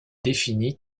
défini